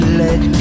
let